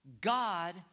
God